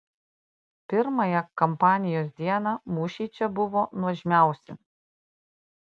pirmąją kampanijos dieną mūšiai čia buvo nuožmiausi